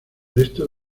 resto